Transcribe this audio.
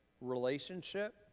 relationship